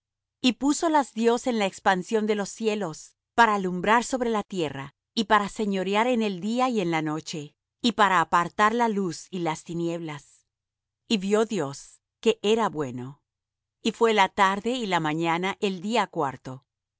y púsolas dios en la expansión de los cielos para alumbrar sobre la tierra y para señorear en el día y en la noche y para apartar la luz y las tinieblas y vió dios que era bueno y fué la tarde y la mañana el día cuarto